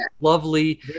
lovely